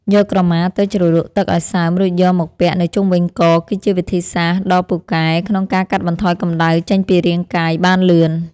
យកក្រមាទៅជ្រលក់ទឹកឱ្យសើមរួចយកមកពាក់នៅជុំវិញកគឺជាវិធីសាស្ត្រដ៏ពូកែក្នុងការកាត់បន្ថយកម្តៅចេញពីរាងកាយបានលឿន។